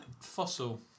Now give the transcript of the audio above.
Fossil